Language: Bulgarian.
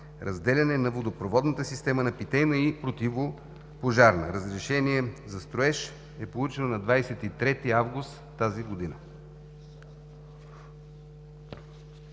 разделяне на водопроводната система на питейна и противопожарна. Разрешение за строеж е получено на 23 август тази година.